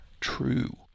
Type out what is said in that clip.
true